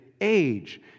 age